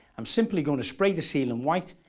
i'm simply going to spray the ceiling white,